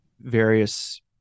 various